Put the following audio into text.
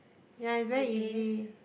ya it's very easy